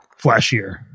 flashier